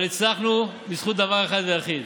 אבל הצלחנו בזכות דבר אחד ויחיד: